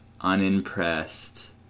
unimpressed